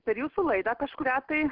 per jūsų laidą kažkurią tai